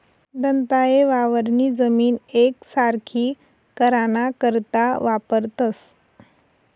दंताये वावरनी जमीन येकसारखी कराना करता वापरतंस